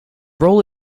role